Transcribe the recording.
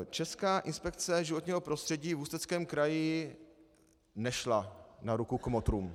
Česká inspekce životního prostředí v Ústeckém kraji nešla na ruku kmotrům.